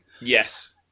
Yes